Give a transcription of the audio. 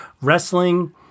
Wrestling